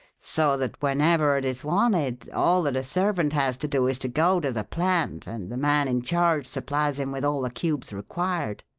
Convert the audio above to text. so that whenever it is wanted all that a servant has to do is to go to the plant, and the man in charge supplies him with all the cubes required.